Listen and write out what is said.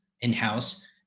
in-house